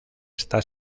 está